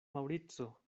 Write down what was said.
maŭrico